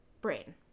brain